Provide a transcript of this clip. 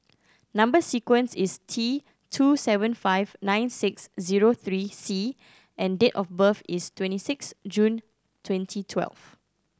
number sequence is T two seven five nine six zero three C and date of birth is twenty six June twenty twelve